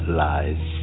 lies